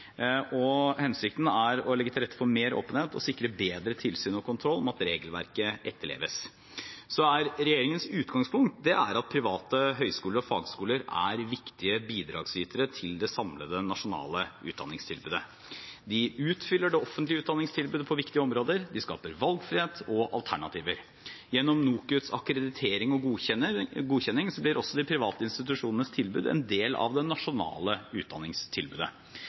Hensikten er å legge til rette for mer åpenhet og sikre bedre tilsyn og kontroll med at regelverket etterleves. Regjeringens utgangspunkt er at private høyskoler og fagskoler er viktige bidragsytere til det samlede nasjonale utdanningstilbudet. De utfyller det offentlige utdanningstilbudet på viktige områder, de skaper valgfrihet og alternativer. Gjennom NOKUTs akkreditering og godkjenning blir også de private institusjonenes tilbud en del av det nasjonale utdanningstilbudet.